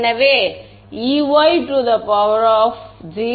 எனவே E0y 0 ஐ அமைக்கவும்